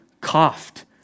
coughed